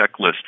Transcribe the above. checklist